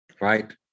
Right